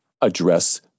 address